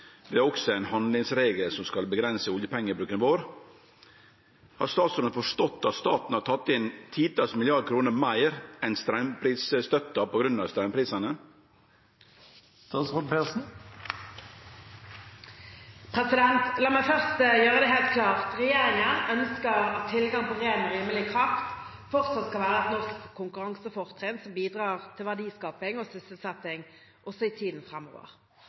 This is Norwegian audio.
også en handlingsregel som skal begrense oljepengebruken vår.» Har statsråden forstått at staten har tatt inn titals milliardar kroner meir enn straumstøtta på grunn av straumprisane?» La meg først gjøre det helt klart: Regjeringen ønsker at tilgang på ren og rimelig kraft fortsatt skal være et norsk konkurransefortrinn som bidrar til verdiskaping og sysselsetting også i tiden framover.